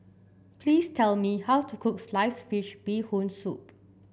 please tell me how to cook Sliced Fish Bee Hoon Soup